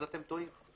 אז אתם טועים.